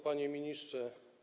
Panie Ministrze!